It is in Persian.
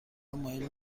مایل